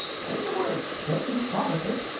say the word say you promise it!